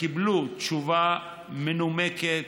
קיבלו תשובה מנומקת,